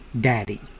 daddy